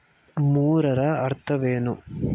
ಮೂರರ ಅರ್ಥವೇನು?